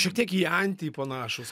šiek tiek į antį panašūs